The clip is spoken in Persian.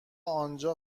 آنجا